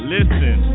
Listen